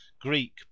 Greek